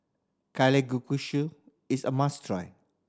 Kalguksu is a must try